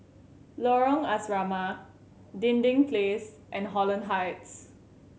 Lorong Asrama Dinding Place and Holland Heights